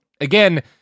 again